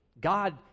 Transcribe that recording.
God